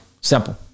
Simple